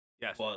Yes